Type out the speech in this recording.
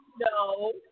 No